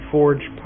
Forge